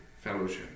fellowship